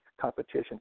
competition